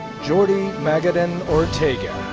jordy magadan ortega.